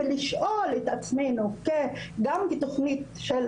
ולשאול את עצמנו גם בתוכנית של